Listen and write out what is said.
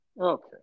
Okay